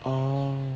orh